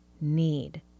need